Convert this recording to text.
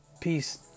Peace